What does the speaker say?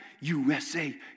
USA